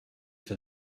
for